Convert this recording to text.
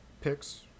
picks